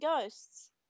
Ghosts